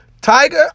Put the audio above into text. Tiger